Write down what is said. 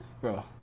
Bro